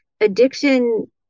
Addiction